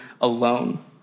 alone